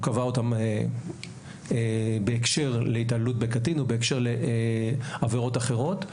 הוא קבע אותן בהקשר להתעללות בקטין ובהקשר לעבירות אחרות,